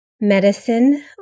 medicine